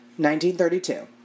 1932